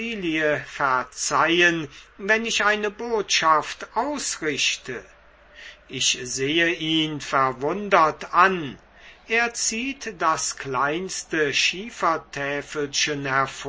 verzeihen wenn ich eine botschaft ausrichte ich sehe ihn verwundert an er zieht das kleinste schiefertäfelchen